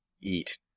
eat